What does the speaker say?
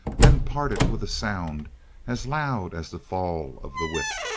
then parted with a sound as loud as the fall of the whip.